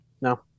No